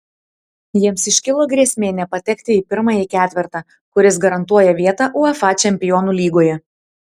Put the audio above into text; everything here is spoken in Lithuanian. jiems iškilo grėsmė nepatekti į pirmąjį ketvertą kuris garantuoja vietą uefa čempionų lygoje